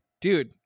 dude